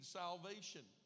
salvation